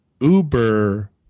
Uber